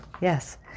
Yes